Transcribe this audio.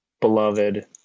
beloved